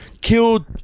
killed